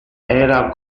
era